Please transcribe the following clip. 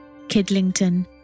Kidlington